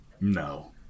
No